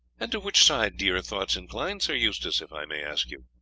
and to which side do your thoughts incline, sir eustace, if i may ask you?